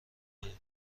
کنیم